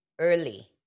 Early